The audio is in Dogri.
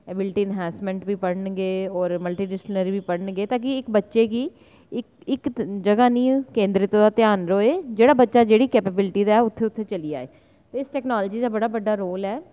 ऐवीलिटी इंहैंसमैंट बी पढ़न गे होर मल्टी डिक्शनरी बी पढ़न गे तां कि एह् इक्क बच्चे गी इक्क इक्क जगह निं केंद्रित ओह्दा ध्यान र'वै जेह्ड़ा बच्चा जेह्ड़ी जेह्ड़ी कैपाविलिटी दा ऐ उत्थें उत्थें चली जाए एह् टैकनोलॉजी दा बड़ा बड्डा रोल ऐ